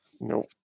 Nope